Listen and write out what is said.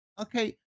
Okay